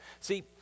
See